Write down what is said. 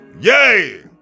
Yay